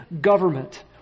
government